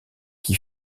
qui